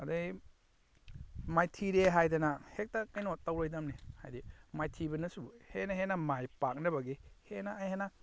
ꯑꯗꯨꯗꯩ ꯃꯥꯏꯊꯤꯔꯦ ꯍꯥꯏꯗꯅ ꯍꯦꯛꯇ ꯀꯩꯅꯣ ꯇꯧꯔꯣꯏꯗꯝꯅꯤ ꯍꯥꯏꯕꯗꯤ ꯃꯥꯏꯊꯤꯕꯅꯁꯨ ꯍꯦꯟꯅ ꯍꯦꯟꯅ ꯃꯥꯏꯄꯥꯛꯅꯕꯒꯤ ꯍꯦꯟꯅ ꯍꯦꯟꯅ